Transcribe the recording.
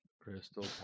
Crystal